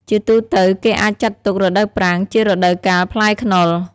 ជាទូទៅ គេអាចចាត់ទុក រដូវប្រាំង ជារដូវកាលផ្លែខ្នុរ។